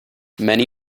many